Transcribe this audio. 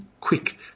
quick